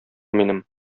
минем